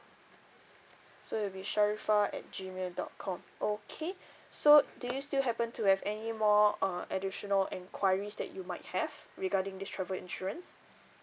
so you'll be sharifah at gmail dot com okay so do you still happen to have any more uh additional enquiries that you might have regarding this travel insurance